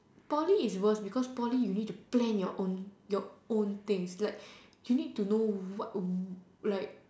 Poly is worse because Poly you need to plan your own your own things like you need to know what like